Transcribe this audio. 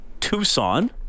tucson